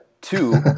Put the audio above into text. two